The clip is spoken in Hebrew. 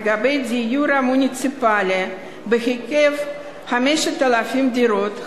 לגבי הדיור המוניציפלי בהיקף 5,000 דירות,